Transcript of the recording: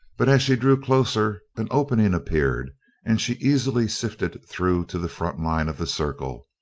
but as she drew closer an opening appeared and she easily sifted through to the front line of the circle.